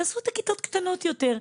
תעשו את הכיתות קטנות יותר.